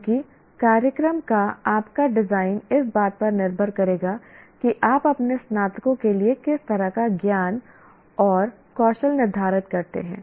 क्योंकि कार्यक्रम का आपका डिजाइन इस बात पर निर्भर करेगा कि आप अपने स्नातकों के लिए किस तरह का ज्ञान और कौशल निर्धारित करते हैं